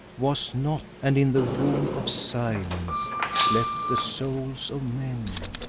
was not, and in the womb of silence slept the souls of men.